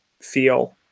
feel